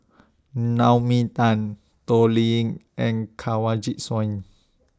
Naomi Tan Toh Liying and Kanwaljit Soin